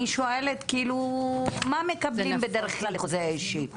אני שואלת מה מקבלים בדרך כלל בחוזה אישי?